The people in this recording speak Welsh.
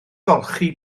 golchi